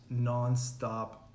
nonstop